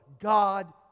God